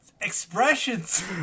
expressions